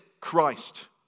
Christ